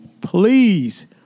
Please